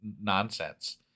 nonsense